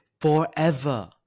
Forever